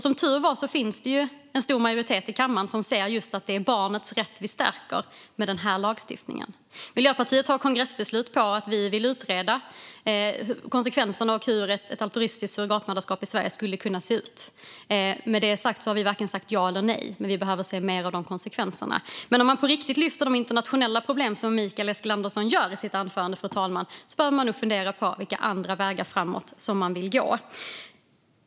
Som tur är finns det en stor majoritet i kammaren som ser att det är barnets rätt vi stärker med den här lagstiftningen. Miljöpartiet har kongressbeslut på att vi vill utreda hur konsekvenserna av ett altruistiskt surrogatmödraskap i Sverige skulle se ut. Med det sagt har vi inte sagt vare sig ja eller nej. Vi behöver se mer av de konsekvenserna. Men om man på riktigt vill lyfta fram de internationella problem som Mikael Eskilandersson tog upp i sitt anförande behöver man nog fundera på vilka andra vägar framåt som man vill gå.